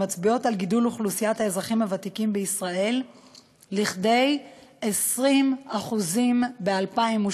המצביעות על גידול אוכלוסיית האזרחים הוותיקים בישראל לכדי 20% ב-2030,